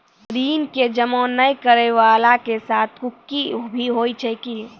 ऋण के जमा नै करैय वाला के साथ कुर्की भी होय छै कि?